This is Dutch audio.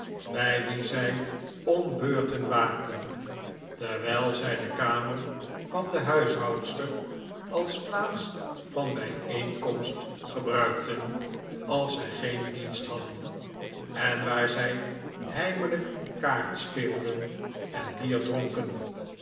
bij wien zij om beurten waakten terwijl zij de kataer van de huishoudster als plaats van bijeenkomst gebruikten als zij geen dienst hadden en waar zij heimelijk kaart speelden en bier dronken